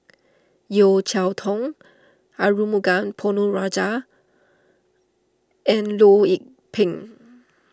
Yeo Cheow Tong Arumugam Ponnu Rajah and Loh Lik Peng